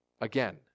again